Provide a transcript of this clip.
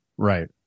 Right